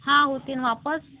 हा होतीन वापस